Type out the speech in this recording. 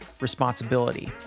responsibility